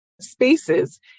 spaces